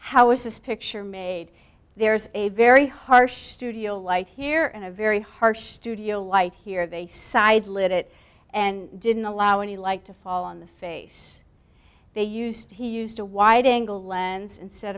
how is this picture made there's a very harsh studio light here and a very harsh studio light here they side lit it and didn't allow any like to fall on the face they used he used a wide angle lens instead